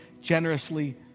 generously